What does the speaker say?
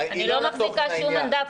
אני לא מחזיקה שום מנדט,